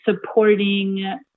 supporting